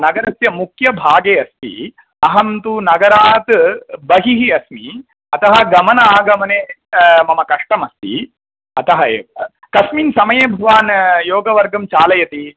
नगरस्य मुख्यभागे अस्ति अहं तु नगरात् बहिः अस्मि अतः गमन आगमने मम कष्टमस्ति अतः एव कस्मिन् समये भवान् योगवर्गं चालयति